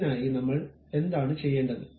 അതിനായി നമ്മൾ എന്താണ് ചെയ്യേണ്ടത്